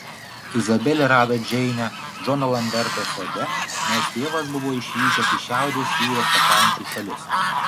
izabelė rado džeinę džono lamberto sode nors tėvas buvo išvykęs į šiaurės jūros pakrančių šalis